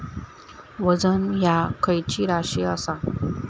वजन ह्या खैची राशी असा?